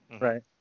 Right